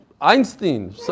Einstein